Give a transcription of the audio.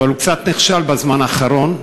אבל הוא קצת נכשל בזמן האחרון,